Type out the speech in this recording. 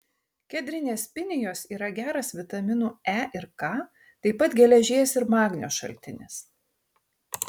kedrinės pinijos yra geras vitaminų e ir k taip pat geležies ir magnio šaltinis